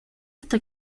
hasta